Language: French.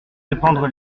reprendre